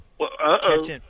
Uh-oh